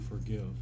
forgive